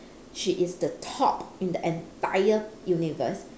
she is the top in the entire universe